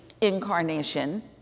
incarnation